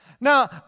Now